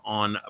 on